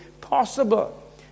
possible